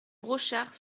brochard